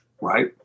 right